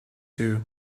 two